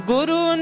Guru